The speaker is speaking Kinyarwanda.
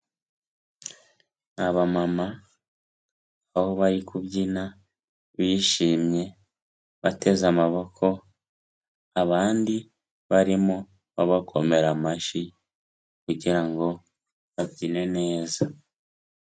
Abamama aho bari kubyina bishimye bateze amaboko, abandi barimo babakomera amashyi kugira ngo babyine neza.